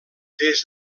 des